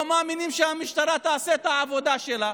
לא מאמינים שהמשטרה תעשה את העבודה שלה,